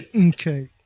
Okay